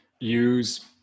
use